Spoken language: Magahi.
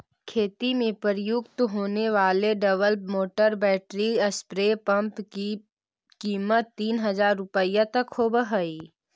खेती में प्रयुक्त होने वाले double motor battery spray pump की कीमत तीन हज़ार रुपया तक होवअ हई